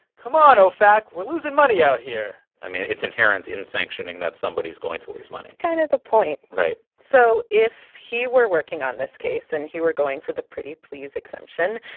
come on, ofac, we're losing money out here. i mean, it's inherent in sanctioning that somebody's going to lose money kind of the point right so if he were working on this case and he were going for the pretty please exemption,